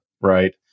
right